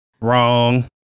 Wrong